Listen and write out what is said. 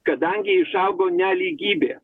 kadangi išaugo nelygybė